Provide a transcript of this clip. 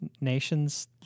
Nations